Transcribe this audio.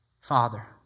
Father